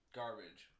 garbage